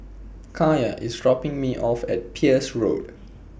Kaiya IS dropping Me off At Peirce Road